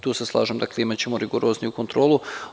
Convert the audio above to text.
Tu se slažem, imaćemo rigorozniju kontrolu.